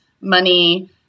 money